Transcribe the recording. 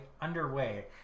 underway